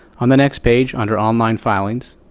on the next page under online filings,